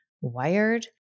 wired